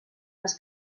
les